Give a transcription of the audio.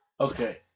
Okay